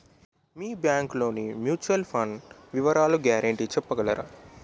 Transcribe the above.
మీ bank లోని mutual fund వివరాల guarantee చెప్పగలరా?